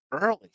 early